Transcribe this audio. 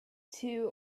two